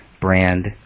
brand